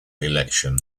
election